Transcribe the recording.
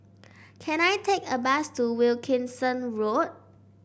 can I take a bus to Wilkinson Road